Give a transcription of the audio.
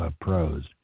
prose